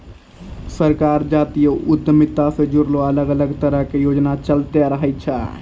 सरकार जातीय उद्यमिता से जुड़लो अलग अलग तरहो के योजना चलैंते रहै छै